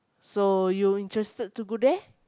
so you interested to go there